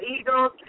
Eagles